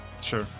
Sure